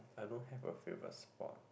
I don't have a favourite sport